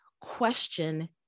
question